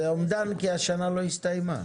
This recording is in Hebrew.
זה אומדן כי השנה לא הסתיימה.